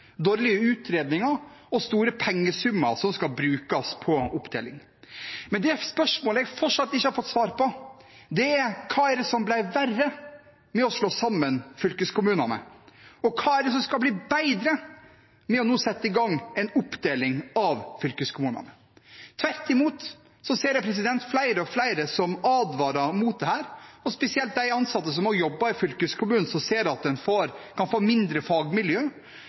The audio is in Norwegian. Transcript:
dårlige utredninger og store pengesummer som skal brukes på oppdeling. Det spørsmålet jeg fortsatt ikke har fått svar på, er: Hva er det som ble verre ved å slå sammen fylkeskommunene, og hva er det som skal bli bedre med å sette i gang med en oppdeling av fylkeskommunene nå? Tvert imot ser jeg flere og flere som advarer mot dette, spesielt de ansatte som jobber i fylkeskommunen som ser at en kan få mindre